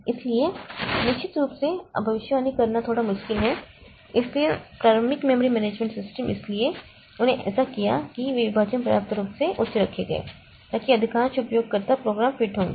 इसलिए निश्चित रूप से भविष्यवाणी करना थोड़ा मुश्किल है लेकिन प्रारंभिक मेमोरी मैनेजमेंट सिस्टम इसलिए उन्होंने ऐसा किया कि वे विभाजन पर्याप्त रूप से उच्च रखे गए ताकि अधिकांश उपयोगकर्ता प्रोग्राम फिट होंगे